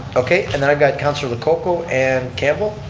okay, and then i've got councilor lococo and campbell.